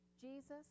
Jesus